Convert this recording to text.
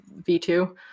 V2